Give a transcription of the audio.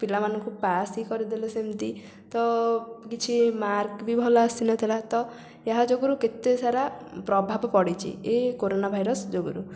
ପିଲାମାନଙ୍କୁ ପାସ ହି କରିଦେଲେ ସେମିତି ତ କିଛି ମାର୍କ ବି ଭଲ ଆସିନଥିଲା ତ ଏହା ଯୋଗୁଁରୁ କେତେ ସାରା ପ୍ରଭାବ ପଡ଼ିଛି ଏ କୋରୋନା ଭାଇରସ ଯୋଗୁଁରୁ